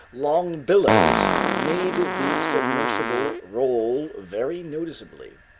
long billows made the submersible roll very noticeably.